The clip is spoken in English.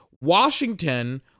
Washington